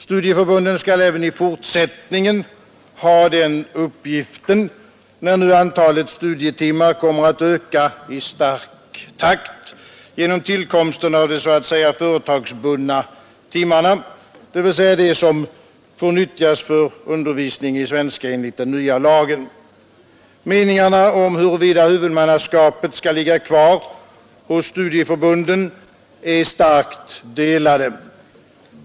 Studieförbunden skall även i fortsättningen ha den uppgiften när nu antalet studietimmar kommer att öka i stark takt genom tillkomsten av de så att säga företagsbundna timmarna, dvs. de som nyttjas för undervisningen i svenska enligt den nya lagen. Meningarna om huruvida huvudmannaskapet skall ligga kvar på studieförbunden är starkt delade.